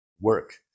Work